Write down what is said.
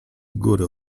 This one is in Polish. góry